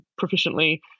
proficiently